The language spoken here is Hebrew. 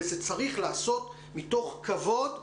אבל זה צריך להיעשות מתוך כבוד למורים.